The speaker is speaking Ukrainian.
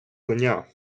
коня